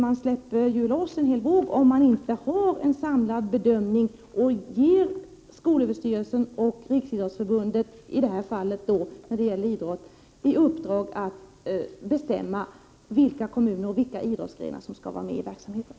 Man släpper loss en hel våg om man inte har en samlad bedömning och ger skolöverstyrelsen och Riksidrottsförbundet i uppdrag att bestämma vilka kommuner och vilka idrottsgrenar som skall vara med i verksamheten.